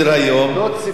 ציפינו,